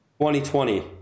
2020